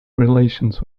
relations